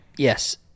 Yes